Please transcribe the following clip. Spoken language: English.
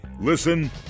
Listen